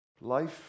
Life